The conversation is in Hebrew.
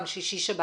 גם שישי שבת,